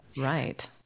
Right